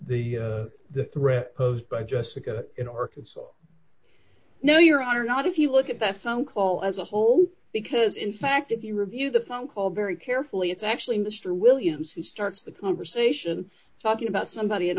the the threat posed by jessica in arkansas no your honor not if you look at that phone call as a whole because in fact if you review the phone call very carefully it's actually mr williams who starts the conversation talking about somebody in